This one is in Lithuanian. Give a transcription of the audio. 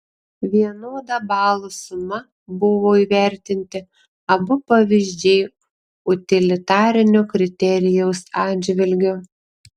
vienoda balų suma buvo įvertinti abu pavyzdžiai utilitarinio kriterijaus atžvilgiu